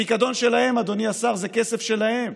הפיקדון שלהם, אדוני השר, זה כסף שלהם,